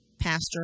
pastor